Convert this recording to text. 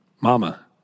Mama